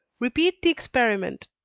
repeat the experiment.